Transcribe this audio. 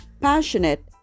passionate